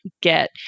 get